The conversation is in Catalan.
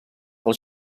als